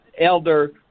Elder